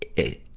a